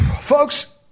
Folks